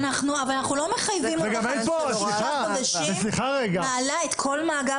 אבל אנחנו לא מחייבים אותך תוך כך וכך חודשים את מעלה את כל מאגר